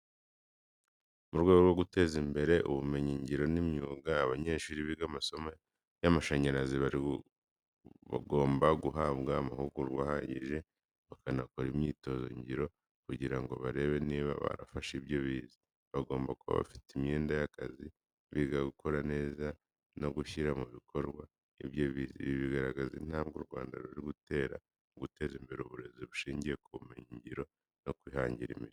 Mu rwego rwo guteza imbere ubumenyi ngiro n’imyuga, abanyeshuri biga amasomo y’amashanyarazi bari bagomba guhabwa amahugurwa ahagije bakanakora imyitozo ngiro kugira ngo barebe niba barafashe ibyo bize. Bagomba kuba bafite imyenda y’akazi, biga gukora neza no gushyira mu bikorwa ibyo bize. Ibi bigaragaza intambwe u Rwanda ruri gutera mu guteza imbere uburezi bushingiye ku bumenyi ngiro no kwihangira imirimo.